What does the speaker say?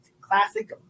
Classic